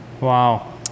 Wow